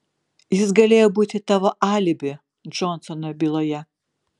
jis galėjo būti tavo alibi džonsono byloje